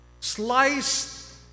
sliced